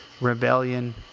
rebellion